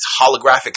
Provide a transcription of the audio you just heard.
holographic